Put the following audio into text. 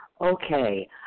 Okay